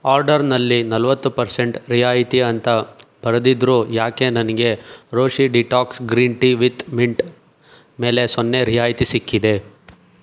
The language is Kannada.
ಆರ್ಡರ್ನಲ್ಲಿ ನಲವತ್ತು ಪರ್ಸೆಂಟ್ ರಿಯಾಯಿತಿ ಅಂತ ಬರೆದಿದ್ದರು ಏಕೆ ನನಗೆ Roshi detox green tea with mint ಮೇಲೆ ಸೊನ್ನೆ ರಿಯಾಯಿತಿ ಸಿಕ್ಕಿದೆ